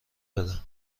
بدم